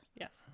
Yes